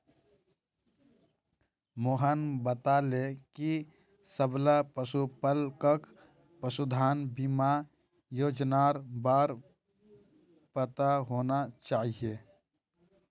मोहन बताले कि सबला पशुपालकक पशुधन बीमा योजनार बार पता होना चाहिए